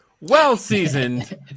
well-seasoned